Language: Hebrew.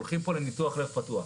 הולכים פה לניתוח לב פתוח,